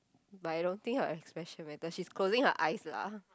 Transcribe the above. but I don't think her expression whether she's closing her eyes lah